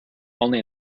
only